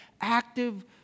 Active